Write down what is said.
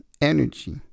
energy